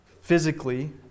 physically